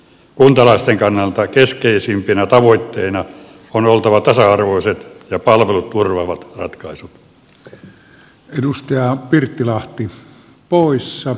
kuntalaisten kannalta keskeisimpinä tavoitteina on oltava tasa arvoiset ja palvelut turvaavat ratkaisut